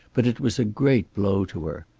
but it was a great blow to her.